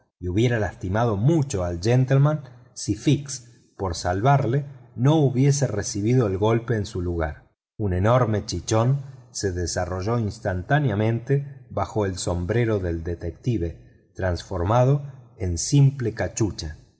y hubiera lastimado mucho al gentleman si fix por salvarlo no hubiese recibido el golpe en su lugar un enorme chichón se desarrolló instantáneamente bajo el sombrero del detective transformado en simple capucha